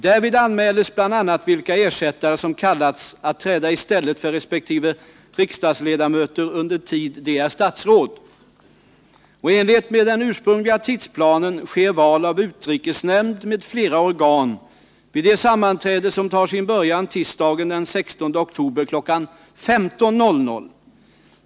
Därvid anmäles bl.a. vilka ersättare som kallats att träda i stället för resp. riksdagsledamöter under tid de är statsråd. I enlighet med den ursprungliga tidsplanen sker val av utrikesnämnd m.fl. organ vid det sammanträde som tar sin början tisdagen den 16 oktober kl. 15.00.